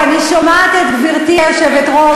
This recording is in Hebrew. ואני שומעת את גברתי היושבת-ראש,